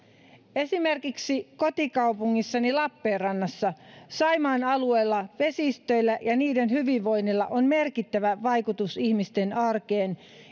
esimerkiksi kotikaupungissani lappeenrannassa saimaan alueella vesistöillä ja niiden hyvinvoinnilla on merkittävä vaikutus ihmisten arkeen